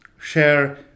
share